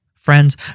friends